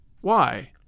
Why